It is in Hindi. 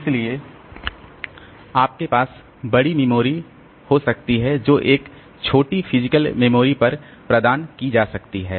इसलिए आपके पास बड़ी मेमोरी हो सकती है जो एक छोटी फिजिकल मेमोरी पर प्रदान की जा सकती है